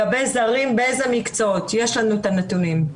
יש לנו את הנתונים.